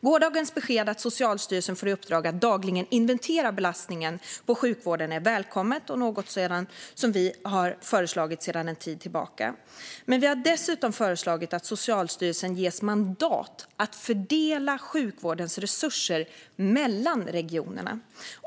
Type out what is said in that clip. Gårdagens besked att Socialstyrelsen får i uppdrag att dagligen inventera belastningen på sjukvården är välkommet och något som vi sedan en tid tillbaka har föreslagit. Men vi har dessutom föreslagit att Socialstyrelsen ges mandat att fördela sjukvårdens resurser mellan regionerna.